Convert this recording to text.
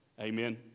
Amen